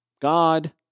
God